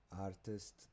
artist